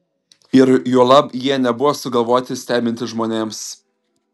ir juolab jie nebuvo sugalvoti stebinti žmonėms